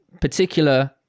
particular